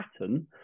pattern